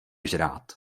žrát